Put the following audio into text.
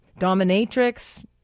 dominatrix